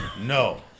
no